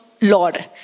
Lord